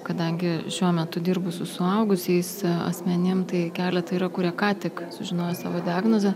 kadangi šiuo metu dirbu su suaugusiais asmenim tai keletą yra kurie ką tik sužinojo savo diagnozę